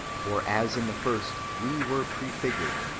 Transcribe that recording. for as in the first we were prefigured,